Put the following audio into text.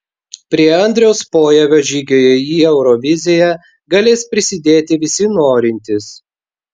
prie andriaus pojavio žygio į euroviziją galės prisidėti visi norintys